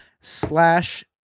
slash